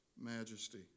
majesty